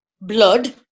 blood